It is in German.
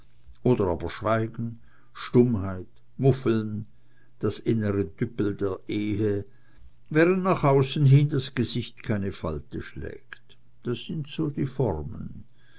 oder aber schweigen stummheit muffeln das innere düppel der ehe während nach außen hin das gesicht keine falte schlägt das sind so die formen